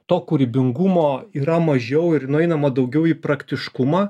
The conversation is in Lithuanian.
to kūrybingumo yra mažiau ir nueinama daugiau į praktiškumą